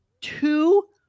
two